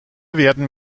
werden